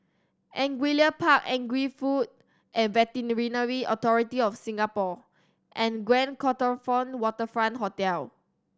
Angullia Park Agri Food and Veterinary Authority of Singapore and Grand Copthorne Waterfront Hotel